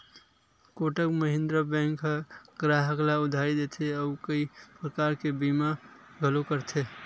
Kotak Mahindra bank ह गराहक ल उधारी देथे अउ कइ परकार के बीमा घलो करथे